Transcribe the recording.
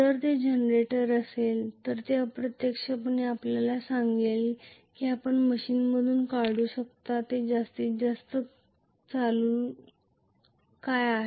जर ते जनरेटर असेल तर ते अप्रत्यक्षपणे आपल्याला सांगेल की आपण मशीनमधून काढू शकता जास्तीत जास्त करंट काय आहे